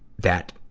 that